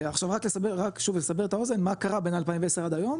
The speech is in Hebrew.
רק לסבר את האוזן מה קרה בין 2010 עד היום,